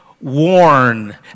worn